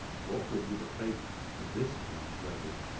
what would be the fate of this arch rebel.